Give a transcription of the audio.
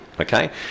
okay